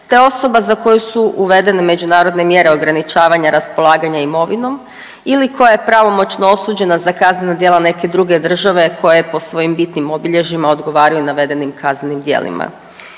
te osoba za koju su uvedene međunarodne mjere ograničavanja raspolaganja imovinom ili koja je pravomoćno osuđena za kaznena djela neke druge države koja je po bitnim obilježjima odgovaraju navedenim kaznenim djelima.